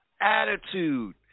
attitude